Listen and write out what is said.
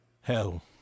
Hell